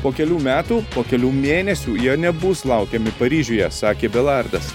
po kelių metų po kelių mėnesių jie nebus laukiami paryžiuje sakė belardas